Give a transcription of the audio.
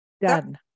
Done